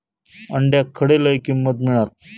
अंड्याक खडे लय किंमत मिळात?